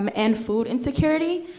um and food insecurity.